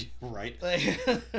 Right